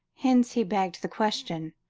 hence, he begged the question.